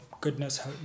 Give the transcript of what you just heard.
goodness